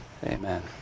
Amen